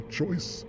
choice